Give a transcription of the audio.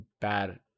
bad